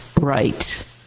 right